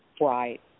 right